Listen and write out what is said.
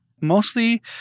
Mostly